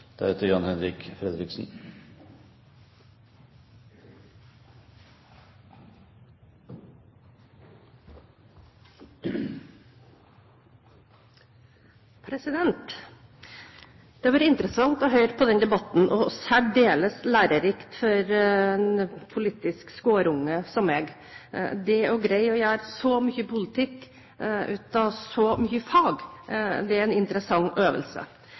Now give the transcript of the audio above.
Det har vært interessant å høre på denne debatten, og særdeles lærerikt for en politisk skårunge som meg. Det å greie å gjøre så mye politikk ut av så mye fag er en interessant øvelse.